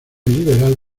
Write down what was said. liberal